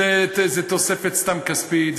זו סתם תוספת כספית.